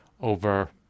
over